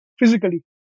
physically